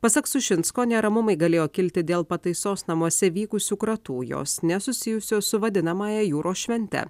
pasak sušinsko neramumai galėjo kilti dėl pataisos namuose vykusių kratų jos nesusijusios su vadinamąja jūros švente